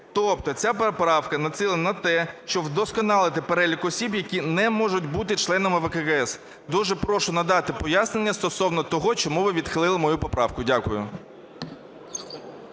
Тобто ця поправка націлена на те, щоб вдосконалити перелік осіб, які не можуть бути членами ВККС. Дуже прошу надати пояснення стосовно того, чому ви відхилили мою поправку? Дякую.